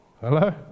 Hello